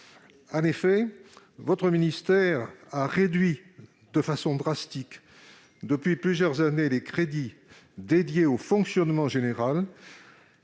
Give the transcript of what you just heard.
fortement. Votre ministère a en effet réduit de façon drastique, depuis plusieurs années, les crédits dédiés au fonctionnement général,